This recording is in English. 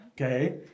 Okay